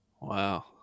Wow